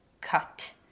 cut